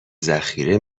ذخیره